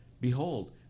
behold